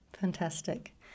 fantastic